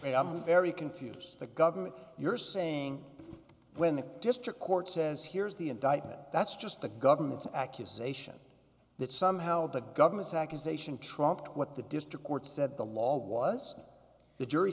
and i'm very confuse the government you're saying when the district court says here's the indictment that's just the government's accusation that somehow the government's accusation trumped what the district courts that the law was the jury